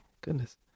Goodness